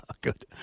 Good